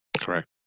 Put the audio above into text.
Correct